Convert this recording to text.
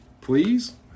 please